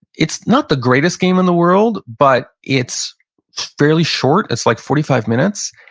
it's not the greatest game in the world, but it's fairly short. it's like forty five minutes,